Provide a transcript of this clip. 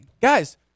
guys